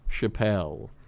Chappelle